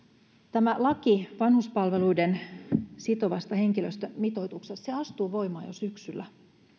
tämä laki vanhuspalveluiden sitovasta henkilöstömitoituksesta astuu voimaan jo syksyllä